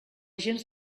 gens